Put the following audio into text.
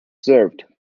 served